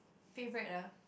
favourite ah